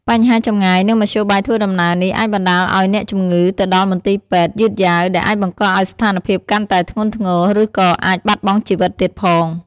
បញ្ហាចម្ងាយ និងមធ្យោបាយធ្វើដំណើរនេះ អាចបណ្តាលឱ្យអ្នកជំងឺទៅដល់មន្ទីរពេទ្យយឺតយ៉ាវ ដែលអាចបង្កឱ្យស្ថានភាពកាន់តែធ្ងន់ធ្ងរ ឬក៏អាចបាត់បង់ជីវិតទៀតផង។